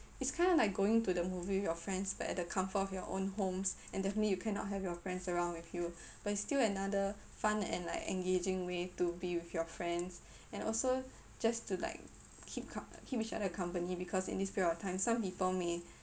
it's kind of like going to the movie with your friends but at the comfort of your own homes and definitely you cannot have your friends around with you but it still another fun and like engaging way to be with your friends and also just to like keep com~ keep each other company because in this period of time some people may